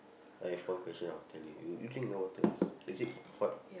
I have one question I will tell you you you drink your water first is it hot